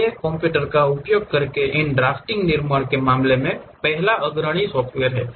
ये कंप्यूटर का उपयोग करके इन ड्राफ्टिंग के निर्माण के मामले में पहले अग्रणी हैं